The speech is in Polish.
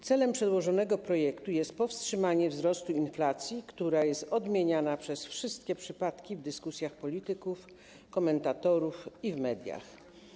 Celem przedłożonego projektu jest powstrzymanie wzrostu inflacji, która jest odmieniana przez wszystkie przypadki w dyskusjach polityków, komentatorów i w mediach.